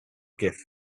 gift